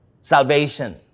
Salvation